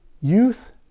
Youth